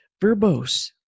verbose